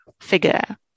figure